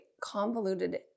convoluted